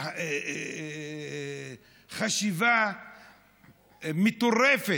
חשיבה מטורפת,